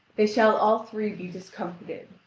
they shall all three be discomfited.